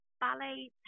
ballet